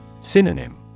Synonym